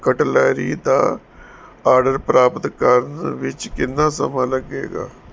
cutlery ਦਾ order ਪ੍ਰਾਪਤ ਕਰਨ ਵਿੱਚ ਕਿੰਨਾ ਸਮਾਂ ਲੱਗੇਗਾ